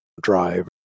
drive